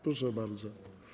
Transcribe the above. Proszę bardzo.